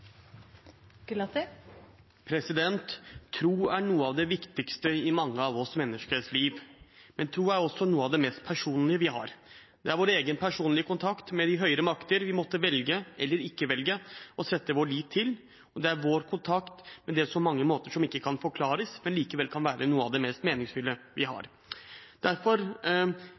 noe av det viktigste i mange av oss menneskers liv, men tro er også noe av det mest personlige vi har. Det er vår egen personlige kontakt med de høyere makter vi måtte velge eller ikke velge å sette vår lit til, og det er vår kontakt med det som ikke kan forklares, men som likevel kan være noe av det mest meningsfulle vi har. Derfor